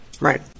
Right